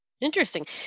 Interesting